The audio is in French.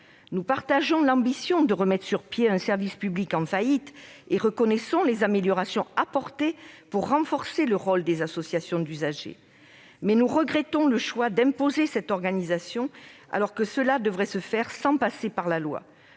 Nous partageons l'ambition de remettre sur pied un service public en faillite et reconnaissons les améliorations apportées pour renforcer le rôle des associations d'usagers. Mais nous regrettons le choix d'imposer cette organisation, qui plus est en passant par la loi.